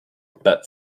but